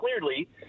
clearly